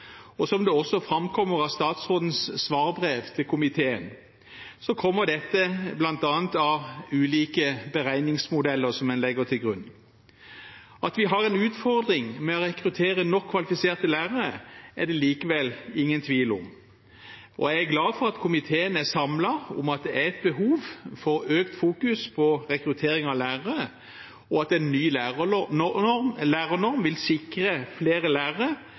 og som det også framkommer av statsrådens svarbrev til komiteen, kommer dette bl.a. av ulike beregningsmodeller som en legger til grunn. At vi har en utfordring med å rekruttere nok kvalifiserte lærere, er det likevel ingen tvil om. Jeg er glad for at komiteen er samlet om at det er behov for økt fokus på rekruttering av lærere, og at en ny lærernorm som vil sikre flere lærere